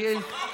לפחות.